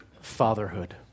fatherhood